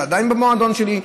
אתה עדיין במועדון שלי,